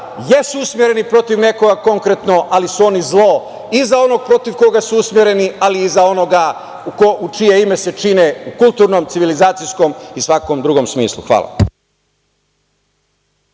jesu usmereni protiv nekoga konkretno ali su oni zlo i za onog protiv koga su usmereni, ali i za onoga u čije ime se čine u kulturnom civilizacijskom i svakom drugom smislu.